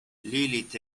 lilith